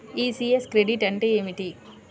ECS credit అంటే ఏమిటి?